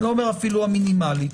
לא אומר אפילו המינימלית,